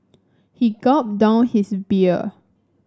he gulped down his beer